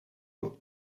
een